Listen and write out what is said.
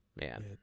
Man